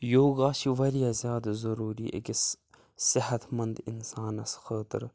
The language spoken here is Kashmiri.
یوگا چھِ واریاہ زیادٕ ضروٗری أکِس صحت منٛد اِنسانَس خٲطرٕ